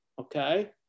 Okay